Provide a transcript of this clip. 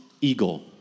eagle